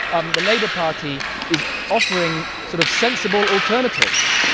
um the labour party is offering sort of sensible alternatives.